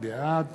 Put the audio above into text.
בעד